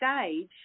stage